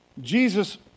Jesus